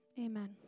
amen